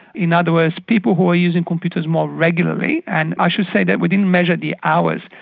in other words people who were using computers more regularly and i should say that we didn't measure the hours,